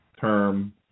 term